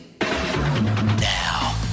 Now